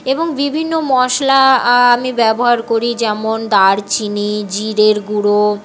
এবং বিভিন্ন মশলা আমি ব্যবহার করি যেমন দারুচিনি জিরের গুঁড়ো